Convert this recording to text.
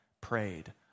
prayed